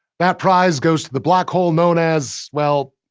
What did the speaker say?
that prize goes to the black hole known as, well,